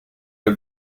the